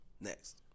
Next